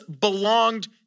belonged